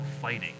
fighting